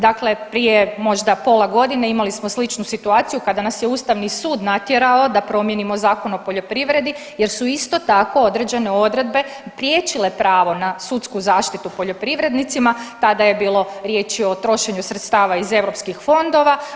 Dakle, prije možda pola godine imali smo sličnu situaciju kada nas je Ustavni sud natjerao da promijenimo Zakon o poljoprivredi jer su isto tako određene odredbe priječile pravo na sudsku zaštitu poljoprivrednicima, tada je bilo riječi o trošenju sredstava iz europskih fondova.